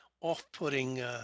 off-putting